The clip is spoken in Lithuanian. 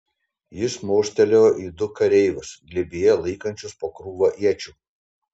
jis mostelėjo į du kareivius glėbyje laikančius po krūvą iečių